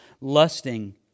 lusting